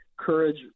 Courage